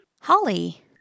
Holly